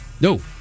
No